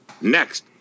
Next